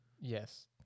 Yes